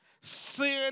sin